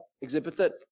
exhibited